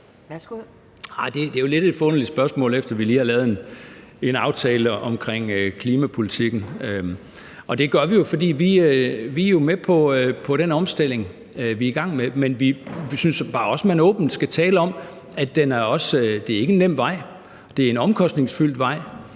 lidt et forunderligt spørgsmål, efter vi lige har lavet en aftale om klimapolitikken. Det gør vi jo, fordi vi er med på den omstilling, vi er i gang med, men vi synes bare også, at man åbent skal tale om, at det ikke er en nem vej. Det er en omkostningsfuld vej.